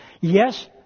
yes